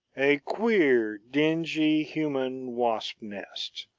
a queer, dingy, human wasp-nest,